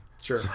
sure